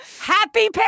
Happy